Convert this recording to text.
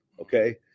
Okay